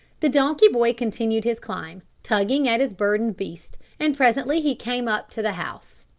the donkey-boy continued his climb, tugging at his burdened beast, and presently he came up to the house.